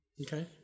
Okay